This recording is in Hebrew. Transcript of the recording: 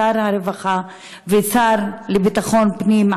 שר הרווחה והשר לביטחון פנים,